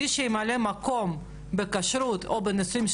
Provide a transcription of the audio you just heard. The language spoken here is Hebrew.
מי שימלא מקום בכשרות או בנישואים,